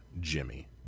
Jimmy